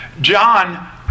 John